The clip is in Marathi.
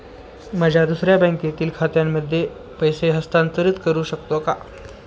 माझ्या दुसऱ्या बँकेतील खात्यामध्ये पैसे हस्तांतरित करू शकतो का?